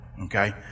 okay